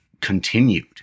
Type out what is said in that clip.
continued